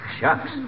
Shucks